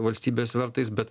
valstybės svertais bet